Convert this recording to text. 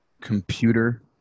Computer